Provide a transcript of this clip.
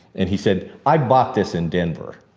and he said, i bought this in denver.